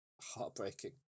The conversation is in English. heartbreaking